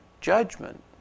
judgment